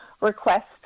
request